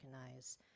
recognize